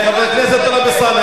חבר הכנסת טלב אלסאנע,